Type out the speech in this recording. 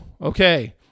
okay